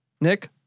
Nick